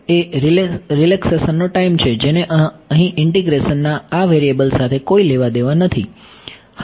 એ રીલેક્સેસનનો ટાઈમ છે જેને અહીં ઈન્ટીગ્રેશનના આ વેરીએબલ સાથે કોઈ લેવાદેવા નથી હા સારી વાત છે